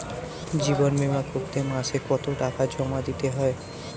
জীবন বিমা করতে মাসে কতো টাকা জমা দিতে হয়?